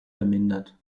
vermindert